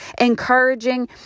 Encouraging